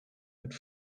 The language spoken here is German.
mit